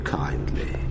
kindly